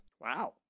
Wow